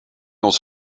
dans